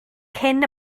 cyn